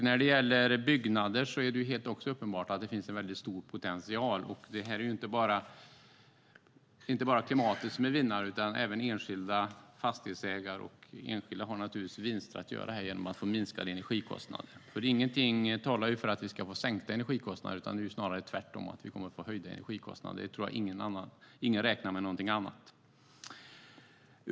När det gäller byggnader är det helt uppenbart att det finns en stor potential. Det är inte bara klimatet som är vinnare utan även enskilda fastighetsägare och enskilda personer har naturligtvis vinster att göra genom att få minskade energikostnader. Ingenting talar ju för att vi ska få sänkta energikostnader, utan vi kommer snarare tvärtom att få höjda energikostnader. Jag tror inte att någon räknar med något annat.